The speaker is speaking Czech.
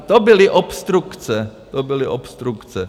To byly obstrukce, to byly obstrukce.